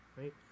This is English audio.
right